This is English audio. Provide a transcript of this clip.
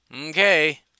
Okay